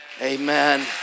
amen